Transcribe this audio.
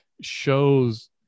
shows